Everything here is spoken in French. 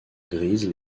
grise